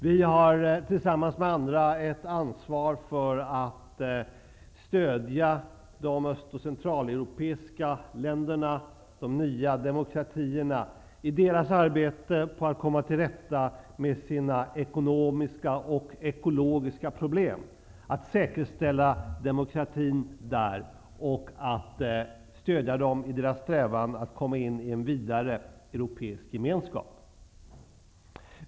Vi har tillsammans med andra ett ansvar för att stödja de öst och centraleuropeiska länderna, de nya demokratierna, i deras arbete på att komma till rätta med sina ekonomiska och ekologiska problem, att säkerställa demokratin där och att stödja dem i deras strävan att komma in i en vidare europeisk gemenskap.